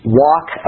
walk